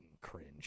cringe